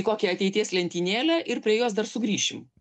į kokią ateities lentynėlę ir prie jos dar sugrįšim